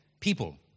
people